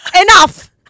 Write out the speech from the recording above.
enough